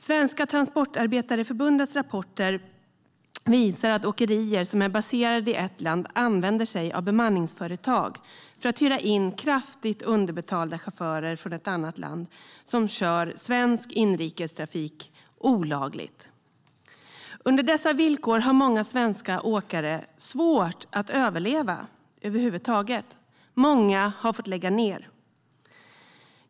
Svenska Transportarbetareförbundets rapporter visar att åkerier som är baserade i ett land använder sig av bemanningsföretag för att hyra in kraftigt underbetalda chaufförer från ett annat land. Dessa kör svensk inrikestrafik olagligt. Under de villkoren har många svenska åkare svårt att överleva över huvud taget, och många har fått lägga ned.